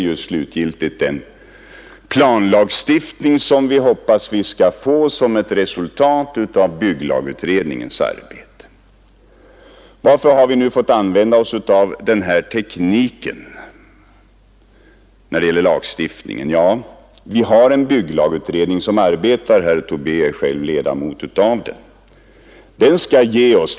Vi hoppas att vi skall få en ny planlagstiftning som ett slutgiltigt resultat av bygglagutredningens arbete. Herr Tobé är själv ledamot av denna utredning.